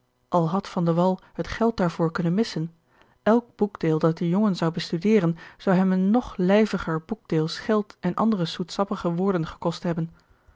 al had van de wall het geld daarvoor kunnen missen elk boekdeel dat de jongen zou begeorge een ongeluksvogel studeren zou hem een nog lijviger boekdeel scheld en andere zoetsappige woorden gekost hebben